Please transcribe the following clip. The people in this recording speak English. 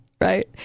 Right